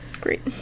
Great